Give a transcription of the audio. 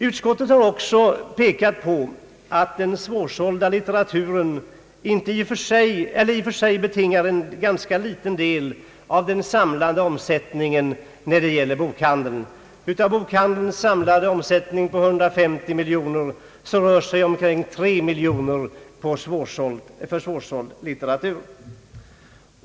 Utskottet har också pekat på att den svårsålda litteraturen i och för sig utgör en ganska liten del av den samlade omsättningen i bokhandeln. Av bokhandelns samlade omsättning på 150 miljoner kronor hänför sig omkring 3 miljoner till svårsåld litteratur.